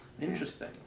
Interesting